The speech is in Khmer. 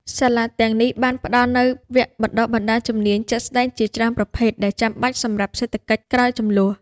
សាលាទាំងនេះបានផ្តល់នូវវគ្គបណ្តុះបណ្តាលជំនាញជាក់ស្តែងជាច្រើនប្រភេទដែលចាំបាច់សម្រាប់សេដ្ឋកិច្ចក្រោយជម្លោះ។